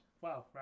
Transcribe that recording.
Wow